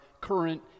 current